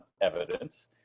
evidence